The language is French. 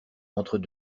entre